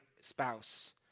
spouse